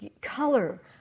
color